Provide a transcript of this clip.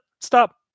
stop